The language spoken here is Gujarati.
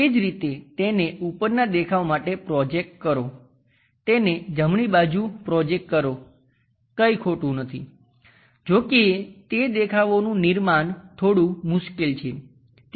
એ જ રીતે તેને ઉપરના દેખાવ માટે પ્રોજેક્ટ કરો તેને જમણી બાજુ પ્રોજેક્ટ કરો કંઈ ખોટું નથી જો કે તે દેખાવોનું નિર્માણ થોડું મુશ્કેલ છે